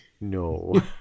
No